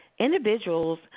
Individuals